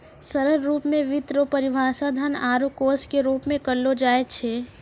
सरल रूप मे वित्त रो परिभाषा धन आरू कोश के रूप मे करलो जाय छै